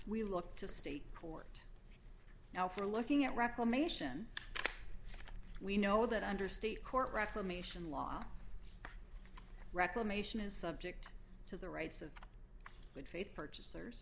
we look to state court now for looking at reclamation we know that under state court reclamation law reclamation is subject to the rights of good faith purchasers